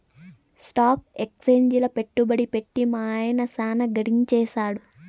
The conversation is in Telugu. స్టాక్ ఎక్సేంజిల పెట్టుబడి పెట్టి మా యన్న సాన గడించేసాడు